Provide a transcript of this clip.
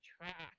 track